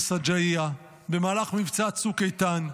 בשג'עייה, במהלך מבצע צוק איתן,